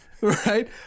right